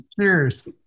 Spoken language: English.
cheers